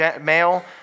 male